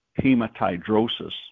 hematidrosis